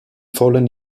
fallen